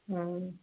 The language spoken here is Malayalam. ആ